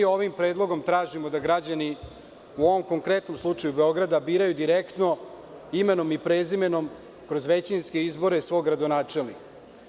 Ovim predlogom tražimo da građani, u ovom konkretnom slučaju Beograda, biraju direktno, imenom i prezimenom, kroz većinske izbore, svog gradonačelnika.